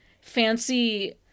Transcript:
fancy